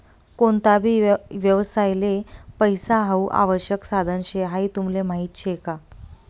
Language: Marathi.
कोणता भी व्यवसायले पैसा हाऊ आवश्यक साधन शे हाई तुमले माहीत शे का?